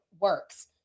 works